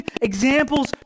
examples